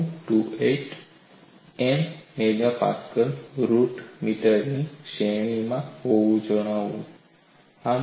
28 MPa root મીટરની શ્રેણીમાં હોવાનું જાણવા મળ્યું છે